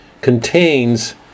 contains